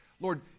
Lord